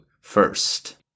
first